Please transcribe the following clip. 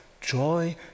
joy